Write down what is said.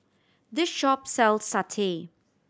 this shop sells satay